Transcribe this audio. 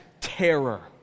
terror